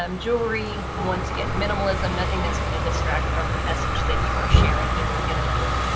um jewelry, once again minimalism. nothing that's going to distract from the message that you are sharing in your interview.